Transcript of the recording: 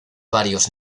varios